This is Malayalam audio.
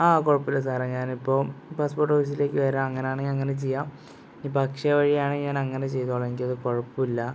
ആ കുഴപ്പമില്ല സാറെ ഞാനിപ്പം പാസ്പോർട്ട് ഓഫീസിലേക്ക് വരാം അങ്ങനെയാണെങ്കിൽ അങ്ങനെ ചെയ്യാം ഇപ്പോൾ അക്ഷയ വഴിയാണെങ്കിൽ ഞാൻ അങ്ങനെ ചെയ്തുകൊള്ളാം എനിക്കത് കുഴപ്പമില്ല